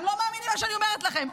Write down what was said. אתם לא מאמינים למה שאני אומרת לכם.